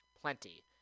Plenty